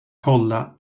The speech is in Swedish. kolla